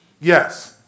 Yes